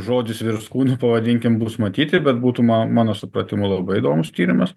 žodis virs kūnu pavadinkim bus matyti bet būtų mano supratimu labai įdomus tyrimas